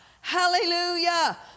Hallelujah